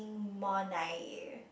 um more nine year